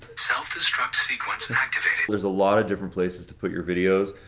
self-destruct sequence activated. there's a lot of different places to put your videos.